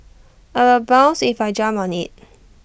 I will bounce if I jump on IT